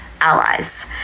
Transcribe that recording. allies